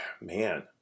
man